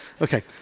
Okay